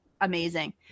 Amazing